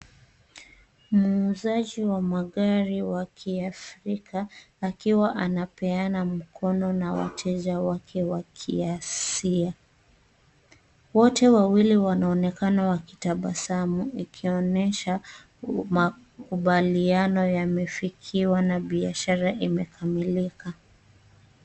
Muuzaji wa magari wa Kiafrika akiwa anapeana mkono na wateja wake wa kiasili. Wote wawili wanaonekana wakitabasamu ikionyesha makubaliano yamefikiwa na biashara imekamilika.